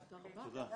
תודה,